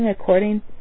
according